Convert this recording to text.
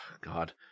God